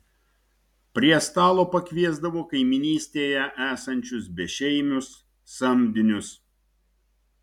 prie stalo pakviesdavo kaimynystėje esančius bešeimius samdinius